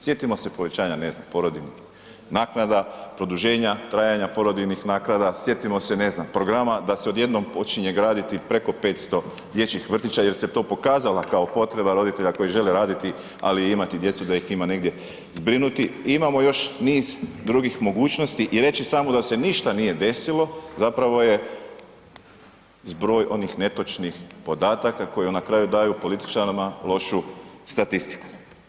Sjetimo se povećanja, ne znam, porodiljnih naknada, produženja trajanja porodiljnih naknada, sjetimo se ne znam, programa da se odjednom počinje graditi preko 500 dječjih vrtića jer se to pokazala kao potreba roditelja koji žele raditi ali i imati djecu da ih ima negdje zbrinuti, imamo još niz drugih mogućnosti i reći samo da se ništa nije desilo, zapravo je zbroj onih netočnih podataka koje na kraju daju političarima lošu statistiku.